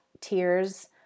tears